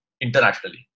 internationally